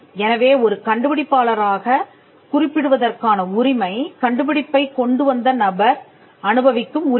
எனவே ஒரு கண்டுபிடிப்பாளராகக் குறிப்பிடுவதற்கான உரிமை கண்டுபிடிப்பைக் கொண்டு வந்த நபர் அனுபவிக்கும் உரிமை